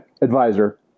advisor